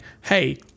hey